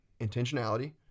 intentionality